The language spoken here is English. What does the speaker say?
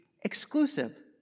exclusive